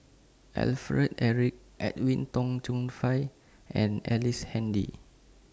Alfred Eric Edwin Tong Chun Fai and Ellice Handy